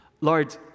Lord